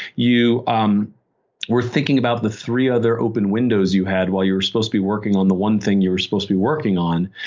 you um were thinking about the three other open windows you had while you were supposed to be working on the one thing you were supposed to be working on.